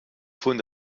von